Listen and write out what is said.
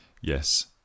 yes